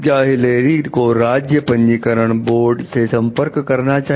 क्या हिलेरी को राज्य पंजीकरण बोर्ड से संपर्क करना चाहिए